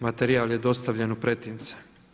Materijal je dostavljen u pretince.